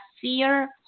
fear